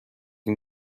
این